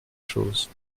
choses